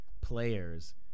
players